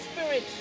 spirit